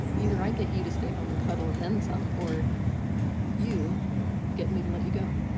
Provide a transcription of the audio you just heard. either i get you to stay home and cuddle and then some. or you get me to let you go.